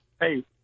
Hey